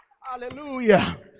Hallelujah